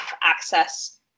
access